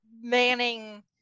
manning